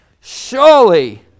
surely